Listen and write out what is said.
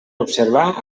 observar